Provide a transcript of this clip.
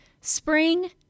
spring